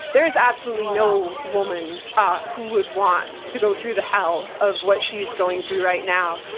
there is absolutely no woman ah who would want to go through the hell of what she's going through right now.